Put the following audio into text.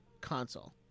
console